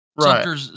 Right